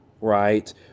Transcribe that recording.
right